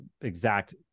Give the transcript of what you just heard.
exact